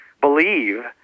believe